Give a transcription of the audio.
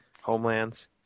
homelands